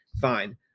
Fine